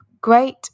great